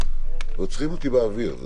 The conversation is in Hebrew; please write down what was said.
רוצחים אותי באוויר.